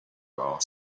asked